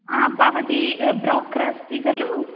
हा भवती ब्रोक्रस्ति खलु